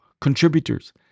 Contributors